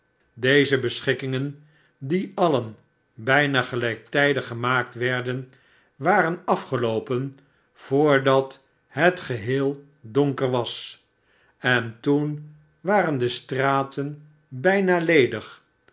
deze beschikkingen die alien bijna gelijktijdig gemaakt werden waren afgeloopen voordat het geheel donker was en toen waren de straten bijna ledig